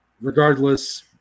Regardless